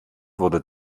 wurde